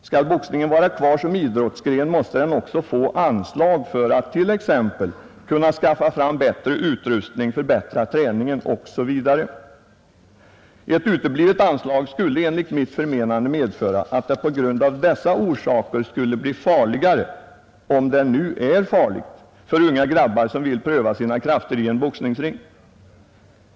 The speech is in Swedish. Skall boxningen vara kvar som idrottsgren måste den också få anslag för att man skall kunna skaffa fram bättre utrustning, förbättra träningen osv. Ett uteblivet anslag skulle enligt mitt förmenande medföra att det skulle bli farligare — om det nu är farligt — för unga grabbar som vill pröva sina krafter i en boxningsring.